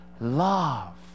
Love